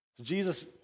Jesus